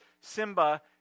Simba